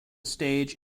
stage